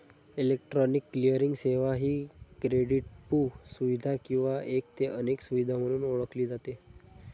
electronic clearing सेवा ही क्रेडिटपू सुविधा किंवा एक ते अनेक सुविधा म्हणून ओळखली जाते